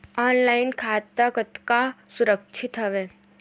Online खाता कतका सुरक्षित हवय?